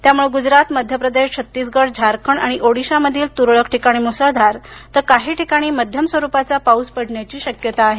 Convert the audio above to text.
त्यामुळं गुजरात मध्यप्रदेश छत्तीसगड झारखंड आणि ओदिशामधील तुरळक ठिकाणी मुसळधार तर काही ठिकाणी मध्यम स्वरूपाचा पाऊस पडण्याची शक्यता आहे